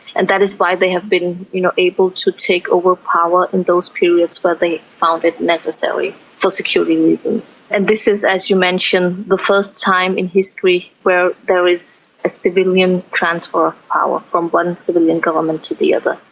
and that is why they have been you know able to take over power in those periods where they found it necessary for security reasons. and this is, as you mentioned, the first time in history where there is a civilian transfer of power from one civilian government to the other.